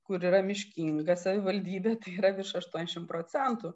kur yra miškinga savivaldybė yra virš aštuoniasdešimt procentų